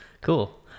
cool